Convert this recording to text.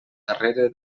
darrere